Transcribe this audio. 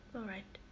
alright